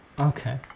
Okay